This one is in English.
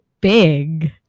big